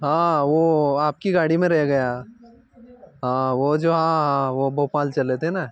हाँ वो आपकी गाड़ी में रह गया हाँ वो जो हाँ वो बोपाल चले थे न